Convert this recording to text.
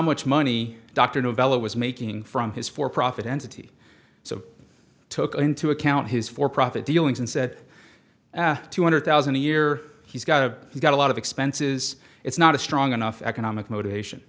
much money dr novello was making from his for profit entity so took into account his for profit dealings and said two hundred thousand a year he's got a he's got a lot of expenses it's not a strong enough economic motivation